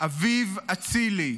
אביב אצילי,